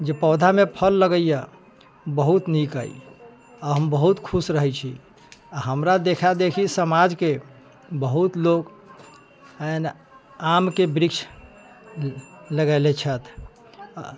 जे पौधामे फल लगैया बहुत नीक अछि आ हम बहुत खुश रहैत छी आ हमरा देखा देखी समाजके बहुत लोक आमके वृक्ष लगेैले छथि